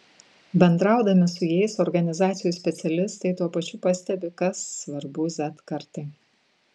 bendraudami su jais organizacijų specialistai tuo pačiu pastebi kas svarbu z kartai